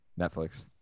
Netflix